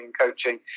coaching